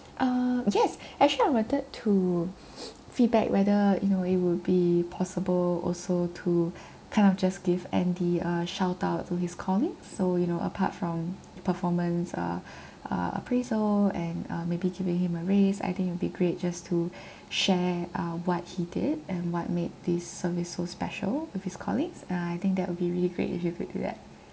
uh yes actually I wanted to feedback whether in a way would be possible also to kind of just give andy a shout out to his colleagues so you know apart from the performance uh uh appraisal and uh maybe giving him a raise I think it'll be great just to share uh what he did and what made this service so special with his colleagues and uh I think that will be really great if you could do that